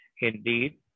Indeed